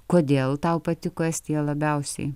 kodėl tau patiko estija labiausiai